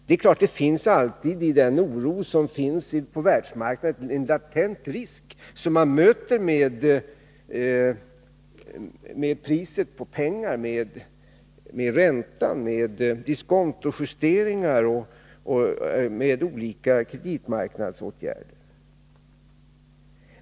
Det är klart att det i den oro som råder på världsmarknaden finns en latent risk, som man möter med priset på pengar, med räntan, med diskontojusteringar och med olika kreditmarknadsåtgärder.